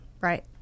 right